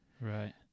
right